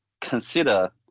consider